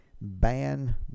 ban